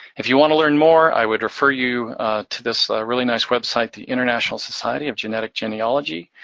if you want to learn more, i would refer you to this, a really nice website, the international society of genetic genealogy.